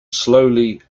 slowly